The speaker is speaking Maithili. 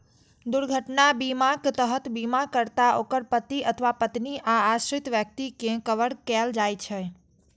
दुर्घटना बीमाक तहत बीमाकर्ता, ओकर पति अथवा पत्नी आ आश्रित व्यक्ति कें कवर कैल जाइ छै